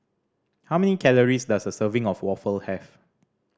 how many calories does a serving of waffle have